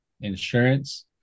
insurance